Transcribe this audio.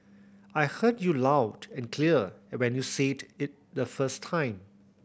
I heard you loud and clear when you said it the first time